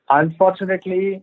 unfortunately